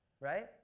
Right